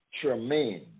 Tremaine